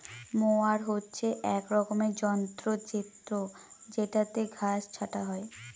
mower হচ্ছে এক রকমের যন্ত্র জেত্রযেটাতে ঘাস ছাটা হয়